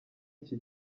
iki